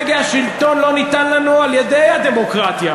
כאילו הגה השלטון לא ניתן לנו על-ידי הדמוקרטיה.